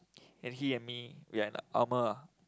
and he and me we are in the armour